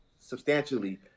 substantially